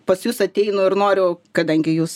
pas jus ateinu ir noriu kadangi jūs